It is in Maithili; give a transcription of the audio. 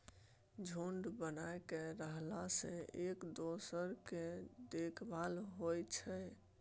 झूंड बना कय रहला सँ एक दोसर केर देखभाल होइ छै